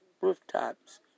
rooftops